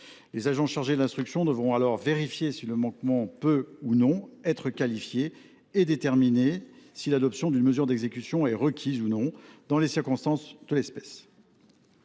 Les agents chargés de l’instruction devront alors vérifier si le manquement peut ou non être qualifié et déterminer si l’adoption d’une mesure d’exécution est requise ou non dans les circonstances de l’espèce.